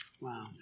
Wow